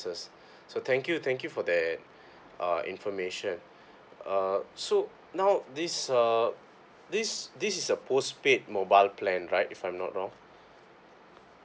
so thank you thank you for that uh information uh so now uh this uh this this is a postpaid mobile plan right if I'm not wrong